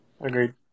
Agreed